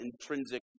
intrinsic